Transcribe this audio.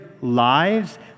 lives